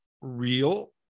real